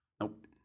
Nope